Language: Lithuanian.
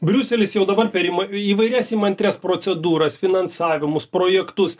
briuselis jau dabar per ima įvairias įmantrias procedūras finansavimus projektus